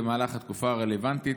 במהלך התקופה הרלוונטית,